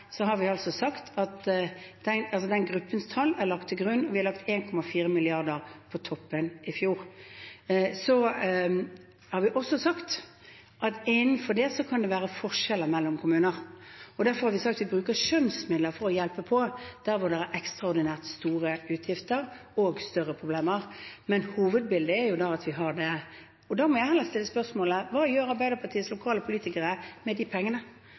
den gruppens tall blir lagt til grunn. I fjor la vi 1,4 mrd. kr på toppen. Vi har også sagt at innenfor det kan det være forskjeller mellom kommuner. Derfor har vi sagt at vi bruker skjønnsmidler for å hjelpe på der det er ekstraordinært store utgifter og større problemer. Men hovedbildet er at vi har det. Da må jeg heller stille spørsmålet: Hva gjør Arbeiderpartiets lokale politikere med de pengene? Det er jo de som nå, sammen med Senterpartiet, har flertallet av ordførere, som altså har et ansvar for å følge opp at de pengene